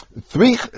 three